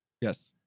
Yes